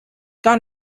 gar